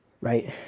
Right